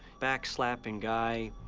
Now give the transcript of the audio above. back-slapping guy,